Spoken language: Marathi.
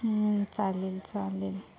चालेल चालेल